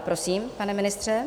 Prosím, pane ministře.